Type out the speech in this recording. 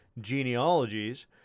genealogies